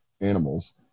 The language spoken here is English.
animals